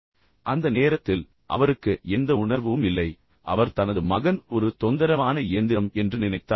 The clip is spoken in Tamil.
எனவே அந்த நேரத்தில் அவருக்கு எந்த உணர்வும் இல்லை அவர் தனது மகன் ஒரு தொந்தரவான இயந்திரம் என்று நினைத்தார்